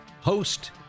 host